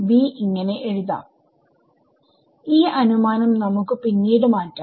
B ഇങ്ങനെ എഴുതാം ഈ അനുമാനം നമുക്ക് പിന്നീട് മാറ്റാം